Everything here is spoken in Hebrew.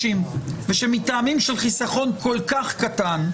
ושמטעמים של חיסכון כל כך קטן,